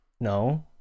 No